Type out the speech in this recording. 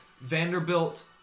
Vanderbilt